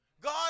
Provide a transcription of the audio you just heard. God